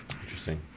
Interesting